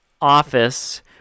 office